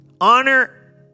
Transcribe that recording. Honor